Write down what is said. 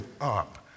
up